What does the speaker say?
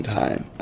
time